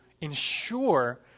ensure